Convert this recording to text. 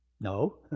No